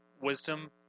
wisdom